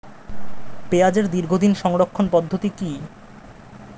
পেঁয়াজের দীর্ঘদিন সংরক্ষণ পদ্ধতি কি?